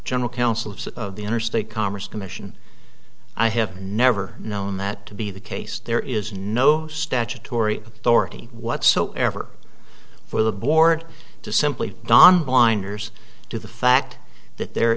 general counsel of the interstate commerce commission i have never known that to be the case there is no statutory authority whatsoever for the board to simply don blinders to the fact that there